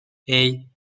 hey